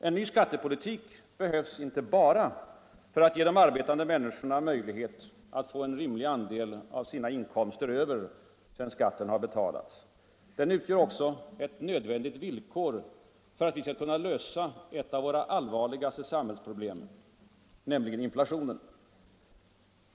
En ny skattepolitik behövs inte bara för att ge de arbetande människorna möjlighet att få en rimlig andel av sina inkomster över sedan skatten betalts. Den utgör också ett nödvändigt villkor för att vi skall kunna lösa ett av våra allvarligaste samhällsproblem — inflationen.